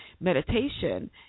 meditation